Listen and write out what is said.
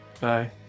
bye